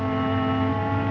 and